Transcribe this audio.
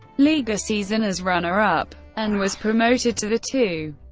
liga season as runner-up and was promoted to the two.